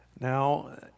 Now